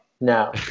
No